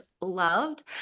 loved